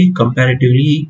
comparatively